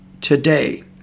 today